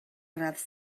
gradd